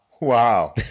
wow